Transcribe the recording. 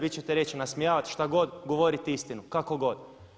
Vi ćete reći nasmijavat šta god govoriti istinu, kako god.